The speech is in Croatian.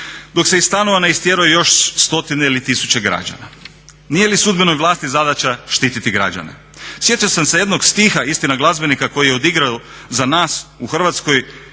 Dok se iz stanova ne istjeraju još stotine ili tisuće građana. Nije li sudbenoj vlasti zadaća štititi građane? Sjetio sam se jednog stiha, istina glazbenika koji je odigrao za nas u Hrvatskoj